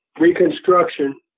Reconstruction